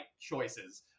choices